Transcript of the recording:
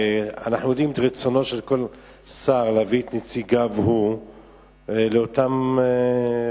ואנחנו יודעים את רצונו של כל שר להביא את נציגיו הוא לאותם ועדים.